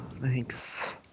Thanks